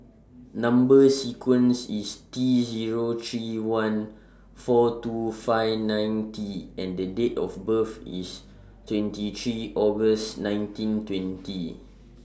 Number sequence IS T Zero three one four two five nine T and The Date of birth IS twenty three August nineteen twenty